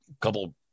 couple